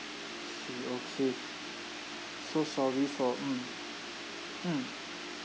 K okay so sorry for mm mm